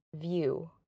view